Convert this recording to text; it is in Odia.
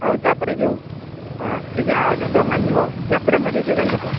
ଆଉ ତା'ପରେ ଯୋଉ ସେ ଯାହା ଅର୍ଡ଼ର୍ ତ ମାନିବ ଜାବୁଡ଼ା ମାରିବେ ଯୋଉ ଗାଲକୁ